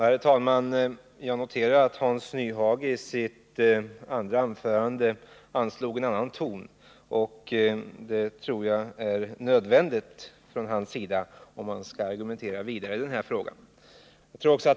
Herr talman! Jag noterar att Hans Nyhage i sitt andra anförande anslog en annan ton. Det tror jag också är nödvändigt om han skall argumentera vidare i den här frågan.